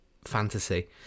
Fantasy